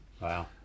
wow